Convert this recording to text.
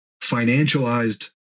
financialized